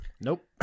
Nope